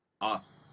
Awesome